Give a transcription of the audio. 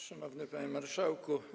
Szanowny Panie Marszałku!